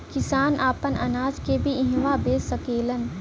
किसान आपन अनाज के भी इहवां बेच सकेलन